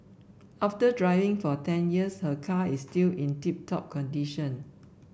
after driving for ten years her car is still in tip top condition